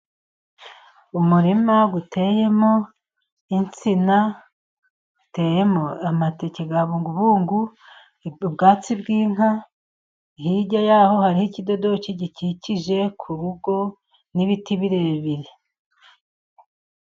Umurima uteyemo insina, uteyemo amateke yabungubungu, ubwatsi bw'inka hirya yaho hari ikidodoki gikikije ku rugo n'ibiti birebire.